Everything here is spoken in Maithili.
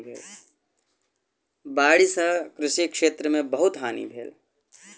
बाइढ़ सॅ कृषि क्षेत्र में बहुत हानि भेल